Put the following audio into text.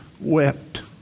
wept